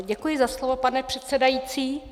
Děkuji za slovo, pane předsedající.